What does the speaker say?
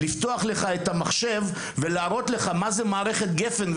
לפתוח לך את המחשב ולהראות לך מהי מערכת גפ"ן,